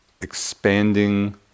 expanding